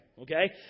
Okay